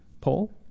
Paul